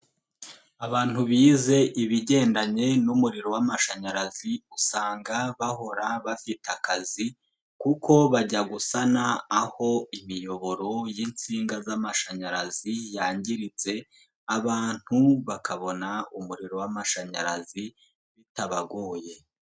Abantu bize ibigendanye n'umuriro w'amashanyarazi usanga bahora bafite akazi kuko bajya gusana aho imiyoboro y'insinga z'amashanyarazi yangiritse, abantu bakabona umuriro w'amashanyarazi bitabagoye.